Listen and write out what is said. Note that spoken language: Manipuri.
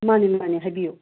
ꯃꯥꯅꯦ ꯃꯥꯅꯦ ꯍꯥꯏꯕꯤꯌꯣ